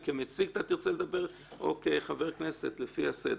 אתה תרצה לדבר כמציג או כחבר כנסת לפי הסדר,